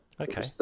Okay